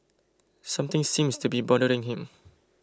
something seems to be bothering him